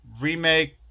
remake